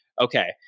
Okay